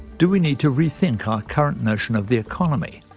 do we need to rethink our current notion of the economy,